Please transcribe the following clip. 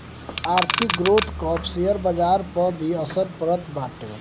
आर्थिक ग्रोथ कअ शेयर बाजार पअ भी असर पड़त बाटे